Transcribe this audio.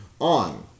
on